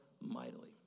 mightily